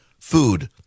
food